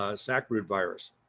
ah sacbrood virus.